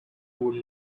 would